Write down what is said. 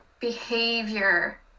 behavior